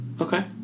Okay